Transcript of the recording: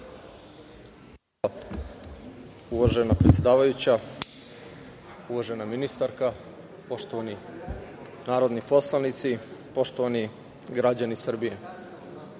Uvažena predsedavajuća, uvažena ministarka, poštovani narodni poslanici, poštovani građani Srbije. Pre